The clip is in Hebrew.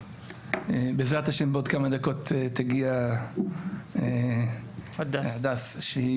בעזרת השם בעוד כמה דקות תגיע הדס שהיא